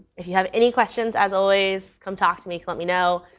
have any questions, as always, come talk to me, come let me know.